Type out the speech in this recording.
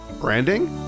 branding